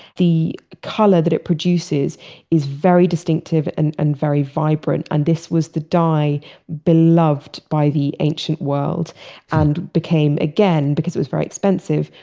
the color that it produces is very distinctive and and very vibrant. and this was the dye beloved by the ancient world and became again, because it was very expensive,